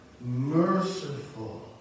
merciful